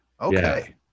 Okay